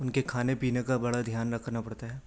ان کے کھانے ہینے کا بڑا دھیان رکھنا پڑتا ہے